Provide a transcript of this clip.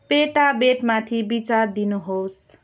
पेटाबेटमाथि विचार दिनुहोस्